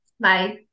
Bye